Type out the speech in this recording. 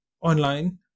online